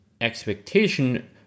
expectation